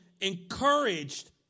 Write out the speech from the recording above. encouraged